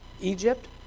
Egypt